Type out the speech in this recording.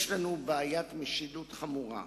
יש לנו בעיית משילות חמורה.